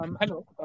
Hello